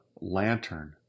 lantern